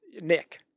Nick